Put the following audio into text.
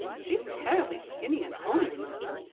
she's terrible skinny and homely, marilla.